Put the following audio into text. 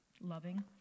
loving